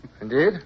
Indeed